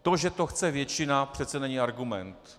To, že to chce většina, přece není argument.